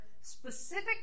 specific